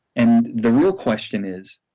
and the real question is,